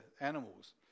animals